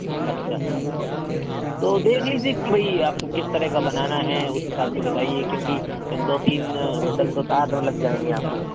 اچھا پچاس بائی چودہ کا تو دیکھ لیجیے کہ بھئی آپ کو کس طرح کا بنانا ہے اس حساب سے بتایے کیوں کہ دو تین بنڈل تو تار میں لگ جائیں گے آپ کے